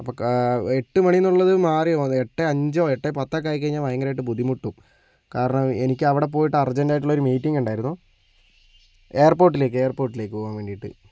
അപ്പോൾ എട്ടുമണിന്നുള്ളത് മാറിയിട്ടത് എട്ട് അഞ്ച് എട്ട് പത്തൊക്കെ ആയിക്കഴിഞ്ഞാൽ ഭയങ്കരമായിട്ട് ബുദ്ധിമുട്ടും കാരണം എനിക്ക് അവിടെപ്പോയിട്ട് അർജെന്റായിട്ടുള്ള ഒരു മീറ്റിങ്ങ് ഉണ്ടായിരുന്നു എയർപോർട്ടിലേക്ക് എയർപോർട്ടിലേക്ക് പോകുവാൻ വേണ്ടിയിട്ട്